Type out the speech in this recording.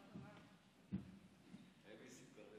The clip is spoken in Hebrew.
שמביאים כאן,